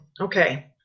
Okay